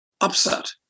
upset